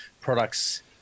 products